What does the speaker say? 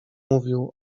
mówił